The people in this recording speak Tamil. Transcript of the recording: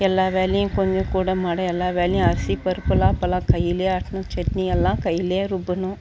எல்லாம் வேலையும் கொஞ்சம் கூடமாட எல்லா வேலையும் அரிசி பருப்புலாம் அப்போலாம் கையிலேயே ஆட்டணும் சட்னியெல்லாம் கையிலேயே ருப்பணும்